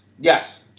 Yes